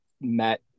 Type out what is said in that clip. met